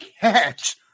catch